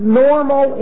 normal